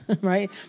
right